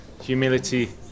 humility